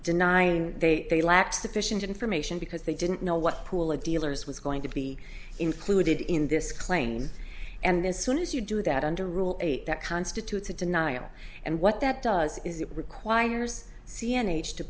denying they they lack sufficient information because they didn't know what pool of dealers was going to be included in this claim and as soon as you do that under rule eight that constitutes a denial and what that does is it requires c